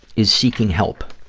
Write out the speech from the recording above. is seeking help